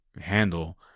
handle